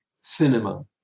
cinema